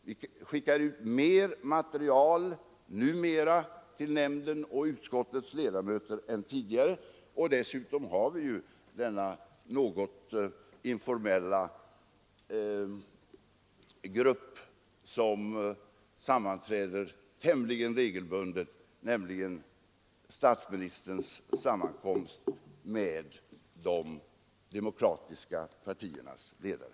Vi skickar numera ut mer material till nämnden och utskottets ledamöter än tidigare. Och dessutom har vi denna något informella grupp som sammanträder tämligen regelbundet, nämligen statsministerns sammankomst med partiernas ledare.